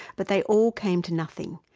but they all came to nothing,